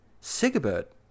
Sigebert